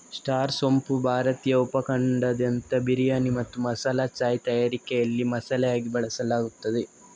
star ಸೋಂಪು ಭಾರತೀಯ ಉಪ ಖಂಡದಾದ್ಯಂತ ಬಿರಿಯಾನಿ ಮತ್ತು ಮಸಾಲಾ ಚಾಯ್ ತಯಾರಿಕೆಯಲ್ಲಿ ಮಸಾಲೆಯಾಗಿ ಬಳಸಲಾಗುತ್ತದೆ